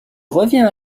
revient